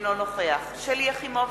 אינו נוכח שלי יחימוביץ,